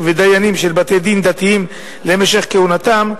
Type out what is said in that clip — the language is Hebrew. ודיינים של בתי-דין דתיים למשך כהונתם,